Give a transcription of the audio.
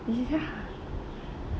ya